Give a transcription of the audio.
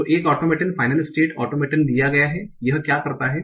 तो एक automaton final state automaton दिया गया हैं यह क्या करता है